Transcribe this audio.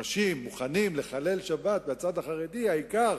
אנשים מוכנים לחלל שבת בצד החרדי, העיקר